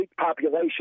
population